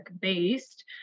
based